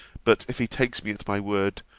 but, if he take me at my word,